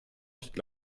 nicht